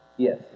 Yes